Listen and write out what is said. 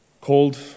called